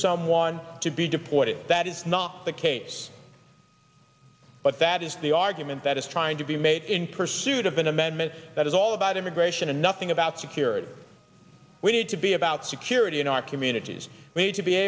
someone to be deported that is not the case but that is the argument that is trying to be made in pursuit of an amendment that is all about immigration and nothing about security we need to be about security in our communities we need to be